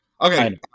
Okay